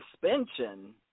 suspension